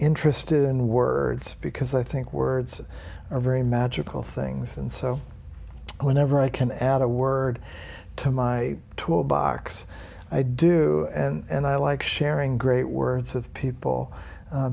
interested in words because i think words are very magical things and so whenever i can add a word to my tool box i do and i like sharing great words with people